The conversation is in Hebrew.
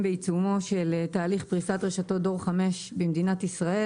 בעיצומו של תהליך פריסת רשתות דור 5 במדינת ישראל.